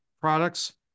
products